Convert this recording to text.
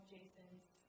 Jason's